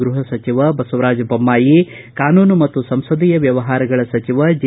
ಗೃಹ ಸಚಿವ ಬಸವರಾಜ ದೊಮ್ದಾಯಿ ಕಾನೂನು ಮತ್ತು ಸಂಸದೀಯ ವ್ಯವಹಾರಗಳ ಸಚಿವ ಜೆ